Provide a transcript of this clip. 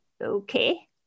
okay